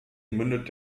mündet